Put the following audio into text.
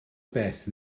beth